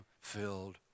filled